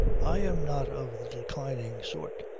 i am not of the declining sort,